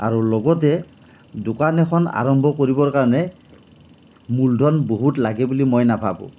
আৰু লগতে দোকান এখন আৰম্ভ কৰিবৰ কাৰণে মূলধন বহুত লাগে বুলি মই নাভাবোঁ